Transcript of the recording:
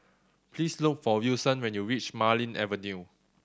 please look for Wilson when you reach Marlene Avenue